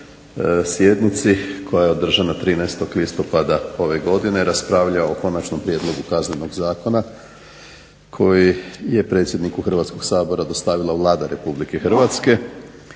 sjednici koja je održana 13. listopada ove godine raspravljao o Konačnom prijedlogu Kaznenog zakona koji je predsjedniku Hrvatskog sabora dostavila Vlada Republike Hrvatske.